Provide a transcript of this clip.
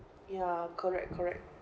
ya correct correct